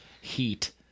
heat